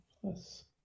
Plus